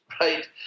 right